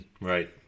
Right